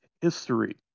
history